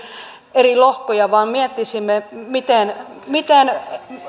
eri lohkoja vaan miettisimme miten